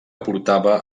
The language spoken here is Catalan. portava